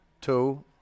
two